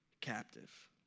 captive